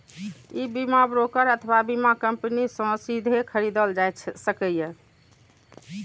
ई बीमा ब्रोकर अथवा बीमा कंपनी सं सीधे खरीदल जा सकैए